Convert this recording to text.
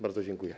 Bardzo dziękuję.